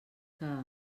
que